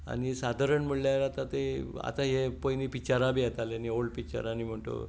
सादारण म्हणल्यार आतां हें पयलीं पिक्चरां बी येतालीं न्हय ओल्ड पिक्चरां